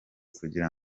kugira